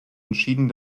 entschieden